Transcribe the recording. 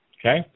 Okay